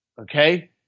okay